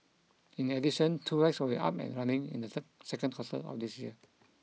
in addition two will be up and running in the second quarter of this year